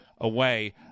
away